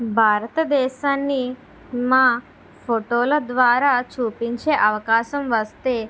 భారతదేశాన్ని మా ఫొటో ల ద్వారా చూపించే అవకాశం వస్తే